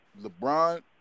LeBron